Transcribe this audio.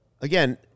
again